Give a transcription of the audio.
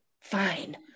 fine